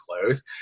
close